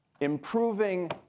Improving